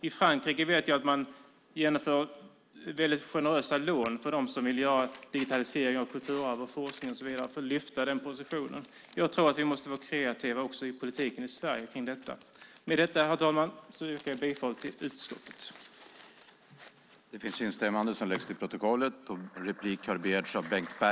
I Frankrike vet jag att man genomför väldigt generösa lån för dem som vill digitalisera kulturarv, forskning och så vidare, alltså lyfta fram den positionen. Jag tror att vi måste vara kreativa i politiken också i Sverige kring detta. Med detta, herr talman, yrkar jag bifall till utskottets förslag.